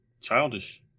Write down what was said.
childish